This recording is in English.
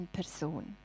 person